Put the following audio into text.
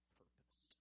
purpose